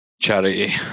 charity